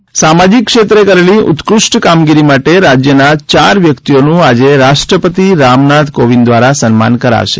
byte જીલ વારા સામાજિક ક્ષેત્રે કરેલી ઉત્કૃષ્ટ કામગીરી માટે રાજ્યના ચાર વ્યક્તિઓનું આજે રાષ્ટ્રપતિ રામનાથ કોવિંદ દ્વારા સન્માન કરાશે